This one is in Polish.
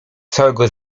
całego